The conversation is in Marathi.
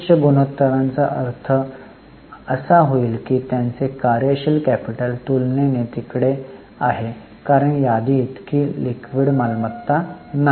उच्च गुणोत्तरांचा अर्थ असा होईल की त्यांचे कार्य शील कॅपिटल तुलनेने तिकडे आहे कारण यादी इतकी लिक्विड मालमत्ता नाही